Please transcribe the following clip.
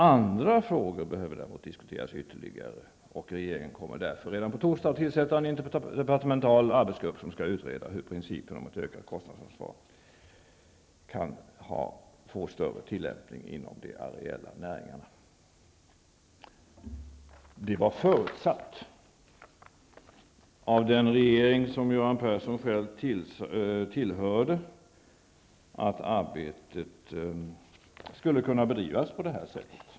Andra frågor behöver däremot diskuteras ytterligare, och regeringen kommer därför redan på torsdag att tillsätta en interdepartemental arbetsgrupp som skall utreda hur principen om ett ökat kostnadsansvar kan få större tillämpning inom de areella näringarna.'' Det var förutsatt av den regering som Göran Persson själv tillhörde att arbetet skulle kunna bedrivas på det här sättet.